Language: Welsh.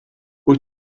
wyt